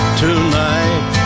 tonight